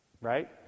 right